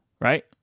right